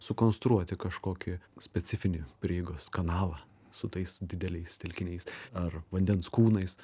sukonstruoti kažkokį specifinį prieigos kanalą su tais dideliais telkiniais ar vandens kūnais